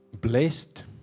blessed